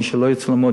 ומי שלא ירצה ללמוד,